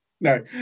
No